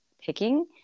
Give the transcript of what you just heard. picking